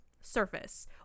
surface